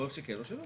או שכן או שלא.